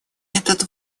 этот